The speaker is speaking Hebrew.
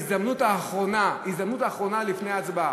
ההזדמנות האחרונה לפני ההצבעה: